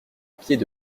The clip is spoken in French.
pieds